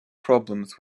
problems